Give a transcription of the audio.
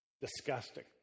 disgusting